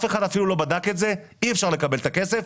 ופתאום אי אפשר לקבל את הכסף.